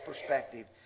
perspective